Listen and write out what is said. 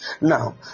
now